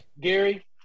Gary